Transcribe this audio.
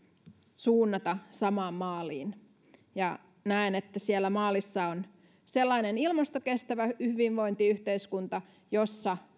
suunnata samaan maaliin ja näen että siellä maalissa on sellainen ilmastokestävä hyvinvointiyhteiskunta jossa